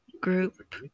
group